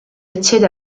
accede